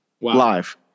Live